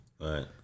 Right